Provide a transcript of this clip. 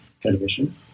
television